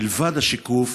מלבד השיקוף,